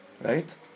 right